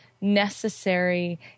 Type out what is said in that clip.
necessary